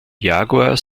jaguar